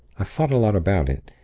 i thought a lot about it.